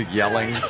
yelling